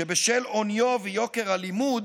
שבשל עוניו ויוקר הלימוד